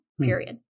period